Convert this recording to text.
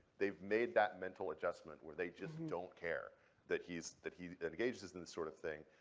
they've made that mental adjustment where they just don't care that he's that he engages in the sort of thing.